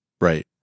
Right